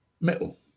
metal